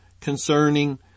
concerning